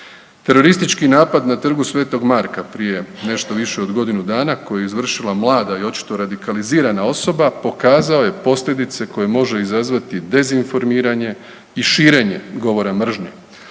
Teroristički napada na Trgu sv. Marka prije nešto više od godinu koji je izvršila mlada i očito radikalizirana osoba, pokazao je posljedice koje može izazvati dezinformiranje i širenje govora mržnje.